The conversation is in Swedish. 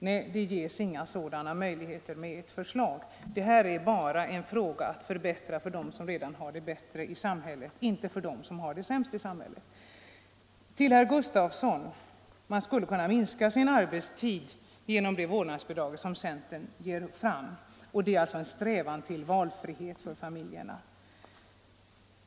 Nej, det ges inga sådana möjligheter med ert förslag. Det är bara fråga om att förbättra för dem som har det bäst i samhället, inte för dem som har det sämst. Herr Gustavsson i Alvesta sade att man skulle kunna minska sin arbetstid genom det vårdnadsbidrag som centern lägger fram — det är alltså en strävan till valfrihet för familjerna.